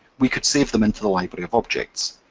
we could save them into the library of objects.